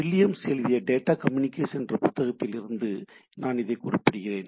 Williams எழுதிய data communication என்ற புத்தகத்தில் இருந்து இதை நான் குறிப்பிடுகிறேன்